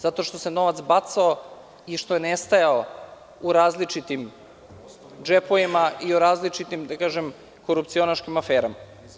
Zato što se novac bacao i što je nestajao u različitim džepovima i u različitim, da kažem, korupcionaškim aferama.